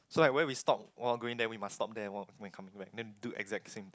so like where we stop while going there we must stop there and while coming back then do exact same thing